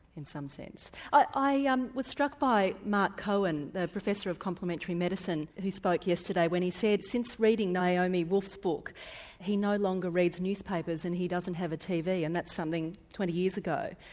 in some sense? i ah um was struck by marc cohen, the professor of complementary medicine who spoke yesterday, when he said since reading naomi wolf's book he no longer reads newspapers and he doesn't have a tv and that's something twenty years ago.